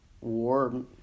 war